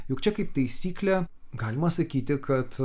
juk čia kaip taisyklė galima sakyti kad